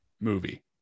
movie